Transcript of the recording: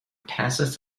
passes